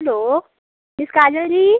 hello miss Kajal ji